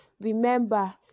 Remember